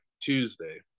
Tuesday